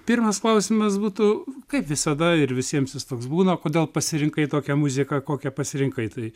pirmas klausimas būtų kaip visada ir visiems jis toks būna kodėl pasirinkai tokią muziką kokią pasirinkai tai